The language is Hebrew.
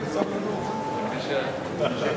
שר